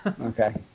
Okay